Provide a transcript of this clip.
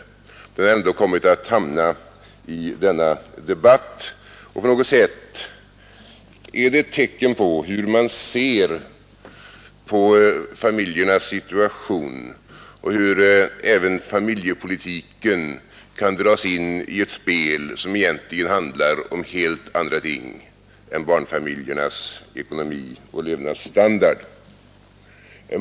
Men den har ändå kommit att hamna i denna debatt, och på något sätt är det ett tecken på hur man ser på familjernas situation och hur även familjepolitiken kan dras in i ett spel som egentligen handlar om helt andra ting än barnfamiljernas ekonomi och levnadsstandard.